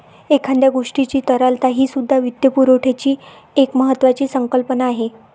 एखाद्या गोष्टीची तरलता हीसुद्धा वित्तपुरवठ्याची एक महत्त्वाची संकल्पना आहे